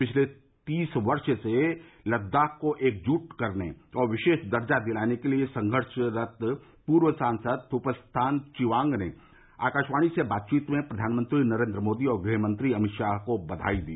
पिछले तीस वर्ष से लद्दाख को एकजुट करने और विशेष दर्जा दिलाने के लिए संघर्षरत पूर्व सांसद थुप्स्तान चीवांग ने आकाशवाणी से बातचीत में प्रधानमंत्री नरेन्द्र मोदी और गृहमंत्री अमित शाह को बधाई दी